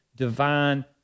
divine